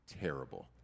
terrible